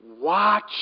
watch